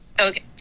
okay